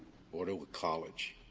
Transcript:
or to a college.